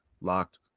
locked